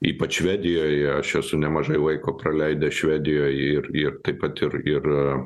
ypač švedijoj aš esu nemažai laiko praleidęs švedijoj ir ir taip pat ir ir